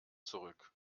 zurück